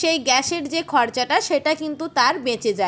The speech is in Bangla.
সেই গ্যাসের যে খরচাটা সেটা কিন্তু তার বেঁচে যায়